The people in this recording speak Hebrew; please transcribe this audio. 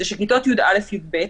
כיתות י"א-י"ב,